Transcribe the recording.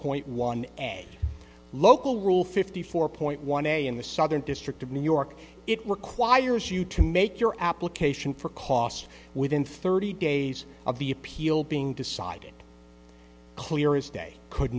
point one a local rule fifty four point one a in the southern district of new york it requires you to make your application for cost within thirty days of the appeal being decided clear is day could